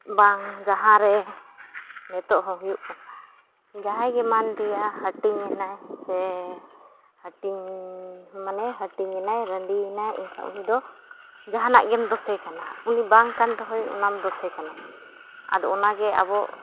ᱵᱟᱝ ᱡᱟᱦᱟᱸᱨᱮ ᱱᱤᱛᱚᱜᱦᱚᱸ ᱦᱩᱭᱩᱜ ᱠᱟᱱᱟ ᱡᱟᱦᱟᱸᱭᱜᱮ ᱢᱟᱱᱞᱤᱭᱟ ᱦᱟᱹᱴᱤᱧᱮᱱᱟᱭ ᱥᱮ ᱦᱟᱹᱴᱤᱧᱻ ᱢᱟᱱᱮ ᱦᱟᱹᱴᱤᱧ ᱮᱱᱟᱭ ᱨᱟᱺᱰᱤ ᱮᱱᱟᱭ ᱮᱱᱠᱷᱟᱱ ᱩᱱᱤᱫᱚ ᱡᱟᱦᱟᱱᱟᱜ ᱜᱮᱢ ᱫᱳᱥᱮ ᱠᱟᱱᱟ ᱩᱱᱤ ᱵᱟᱝ ᱠᱟᱱ ᱨᱮᱦᱚᱸᱭ ᱚᱱᱟᱢ ᱫᱳᱥᱮ ᱠᱟᱱᱟ ᱟᱫᱚ ᱚᱱᱟᱜᱮ ᱟᱵᱚ